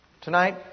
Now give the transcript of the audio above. Tonight